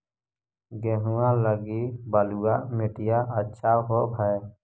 गेहुआ लगी बलुआ मिट्टियां अच्छा होव हैं?